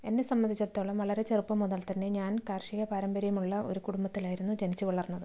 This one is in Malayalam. എന്നെ സംബന്ധിച്ചടത്തോളം വളരെ ചെറുപ്പം മുതൽ തന്നെ ഞാൻ കാർഷിക പാരമ്പര്യമുള്ള ഒരു കുടുംബത്തിലായിരുന്നു ജനിച്ച് വളർന്നത്